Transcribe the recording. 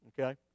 okay